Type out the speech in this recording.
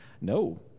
No